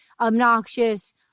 obnoxious